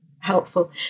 helpful